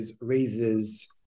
raises